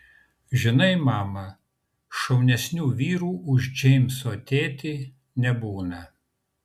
žinai mama šaunesnių vyrų už džeimso tėtį nebūna